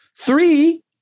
Three